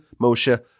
Moshe